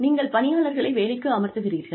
நீங்கள் பணியாளர்களை வேலைக்கு அமர்த்துகிறீர்கள்